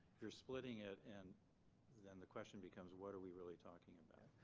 you're splitting it and then the question becomes, what are we really talking about?